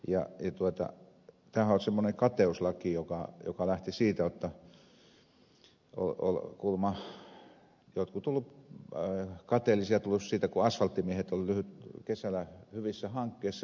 tämähän on semmoinen kateuslaki joka lähti siitä jotta olivat kuulemma jotkut tulleet kateelliseksi siitä kun asfalttimiehet ovat kesällä hyvissä hankkeissa ja sitten saivat korkeata päivärahaa